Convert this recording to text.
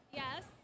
yes